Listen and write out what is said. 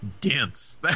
dense